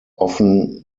often